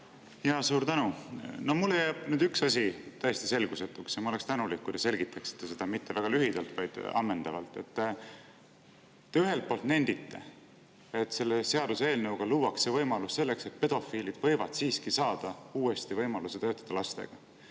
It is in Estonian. Suur tänu! Mulle jäi nüüd üks asi täiesti selgusetuks ja ma oleksin tänulik, kui te selgitaksite seda, mitte väga lühidalt, vaid ammendavalt. Te ühelt poolt nendite, et selle seaduseelnõu kohaselt luuakse võimalus selleks, et pedofiilid võivad siiski saada uue võimaluse töötada lastega,